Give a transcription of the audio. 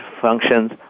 functions